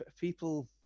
People